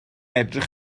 edrych